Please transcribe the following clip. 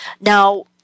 Now